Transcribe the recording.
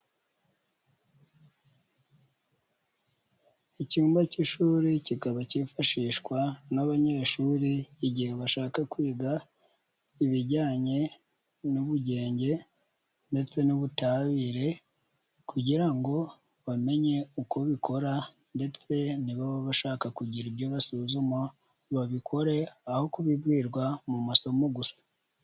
Icyumba cy'ishuli kibafashishwa n'abanyeshuli, igihe bashaka kwiga ibijyanye n'ubugenge ndetse n'ubutabire, kugira ngo bamenye uko bikora, ndetse nibaba bashaka kugira ibyo bakora babikore, aho kubibwirwa mu masomo gusa.